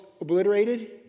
obliterated